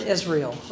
Israel